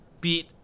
beat